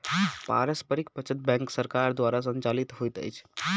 पारस्परिक बचत बैंक सरकार द्वारा संचालित होइत अछि